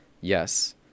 yes